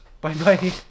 Bye-bye